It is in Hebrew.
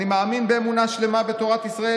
אני מאמין באמונה שלמה בתורת ישראל,